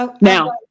Now